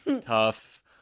tough